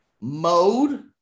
mode